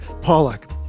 Pollock